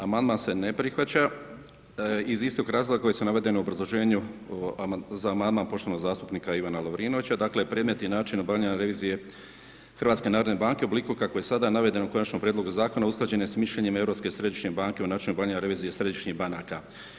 Amandman se ne prihvaća iz istog razloga koji su navedeni u obrazloženju za amandman poštovanog zastupnika Ivana Lovrinovića, dakle predmetni način obavljanja revizije HNB-a u obliku kako je sada navedeno u konačnom prijedloga zakona, usklađeno je s mišljenjem Europske središnje banke o načinu obavljanja revizije središnjih banaka.